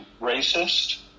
racist